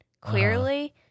clearly